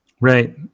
Right